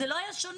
זה לא היה שונה.